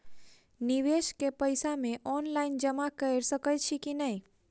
निवेश केँ पैसा मे ऑनलाइन जमा कैर सकै छी नै?